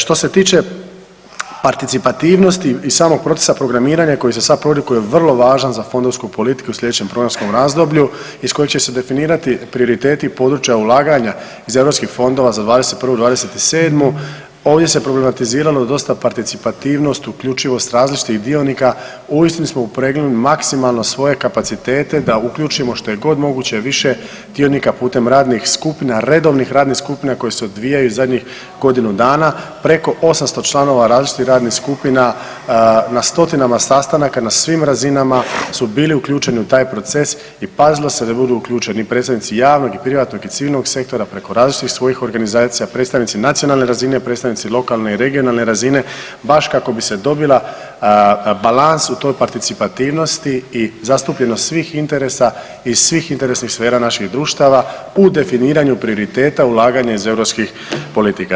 Što se tiče participativnosti i samog procesa programiranja koji se sad provodi koji je vrlo važan za fondovsku politiku u slijedećem programskom razdoblju iz kojeg će se definirati prioriteti područja ulaganja iz europskih fondova za '21.-'27. ovdje se problematiziralo da dosta participativnost, uključivost različitih dionika …/nerazumljivo/… upregnuli maksimalno svoje kapacitete da uključimo što je god moguće više dionika putem radnih skupina, redovnih skupina koje se odvijaju zadnjih godinu dana preko 800 članova različitih radnih skupina na stotinama sastanaka na svim razinama su bili uključeni u taj proces i pazilo se da budu uključeni predsjednici javnog, privatnog i civilnog sektora preko različitih svojih organizacija, predstavnici nacionalne razine, predstavnici lokalne i regionalne razine baš kako bi se dobila balans u toj parcitipativnosti i zastupljenost svih interesa i svih interesnih sfera naših društava u definiranju prioriteta ulaganje iz europskih politika.